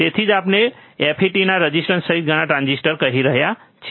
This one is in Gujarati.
તેથી જ આપણે FET ના રેઝિસ્ટર સહિત ઘણા ટ્રાંઝિસ્ટર કહી રહ્યા છીએ